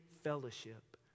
fellowship